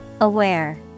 Aware